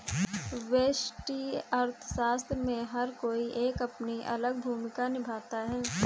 व्यष्टि अर्थशास्त्र में हर कोई एक अपनी अलग भूमिका निभाता है